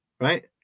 right